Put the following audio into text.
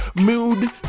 mood